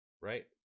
Right